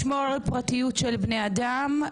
לשמור על פרטיות בני-האדם.